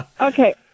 okay